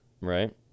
Right